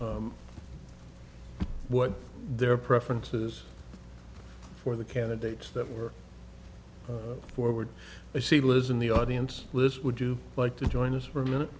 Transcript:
what their preferences for the candidates that were forward and she lives in the audience list would you like to join us for a minute